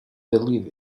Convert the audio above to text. believe